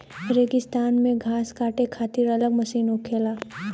रेगिस्तान मे घास काटे खातिर अलग मशीन होखेला